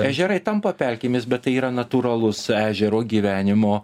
ežerai tampa pelkėmis bet tai yra natūralus ežero gyvenimo